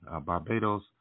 Barbados